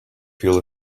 feel